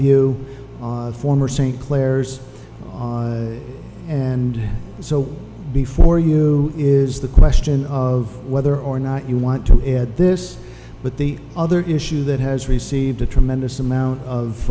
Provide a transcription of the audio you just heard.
view former st clair's and so before you is the question of whether or not you want to add this but the other issue that has received a tremendous amount of